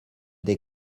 des